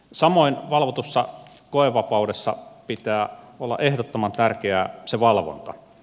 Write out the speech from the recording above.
samoin valvotussa koevapaudessa pitää olla ehdottoman tärkeää se valvonta